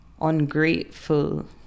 ungrateful